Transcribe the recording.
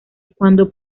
cuando